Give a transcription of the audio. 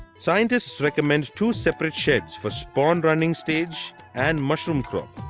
scientists recommend two separate sheds for spawn running stage and mushroom crop.